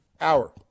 Hour